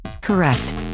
Correct